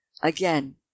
Again